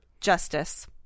Justice